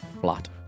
flat